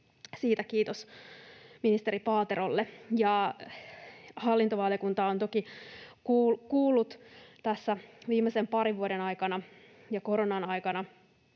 Siitä kiitos ministeri Paaterolle. Hallintovaliokunta on toki kuullut tässä viimeisen parin vuoden aikana ja koronan aikana